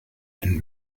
and